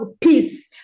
peace